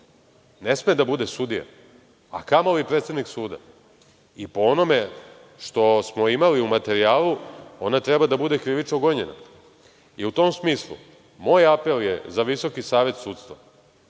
ne sme da bude sudija, a kamoli predsednik suda i po onome što smo imali u materijalu, ona treba da bude krivično gonjena.U tom smislu, moj apel je za Visoki savet sudstva,